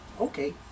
Okay